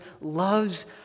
loves